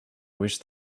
wish